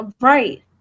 Right